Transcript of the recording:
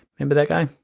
remember that guy?